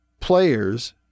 players